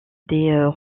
des